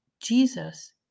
Jesus